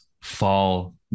fall